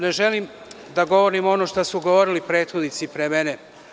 Ne želim da govorim ono što su govorili prethodnici pre mene.